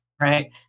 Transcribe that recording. right